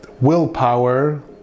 Willpower